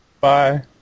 Bye